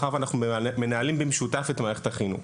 מאחר ואנחנו מנהלים במשותף את מערכת החינוך.